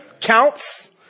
counts